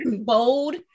bold